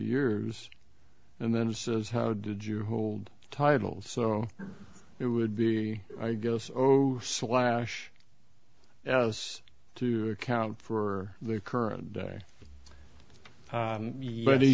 years and then this is how did you hold titles so it would be i guess oh slash as to account for the current day but he